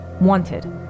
Wanted